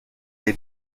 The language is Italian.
dei